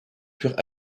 purent